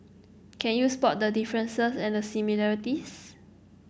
can you spot the differences and similarities